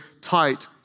tight